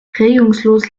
regungslos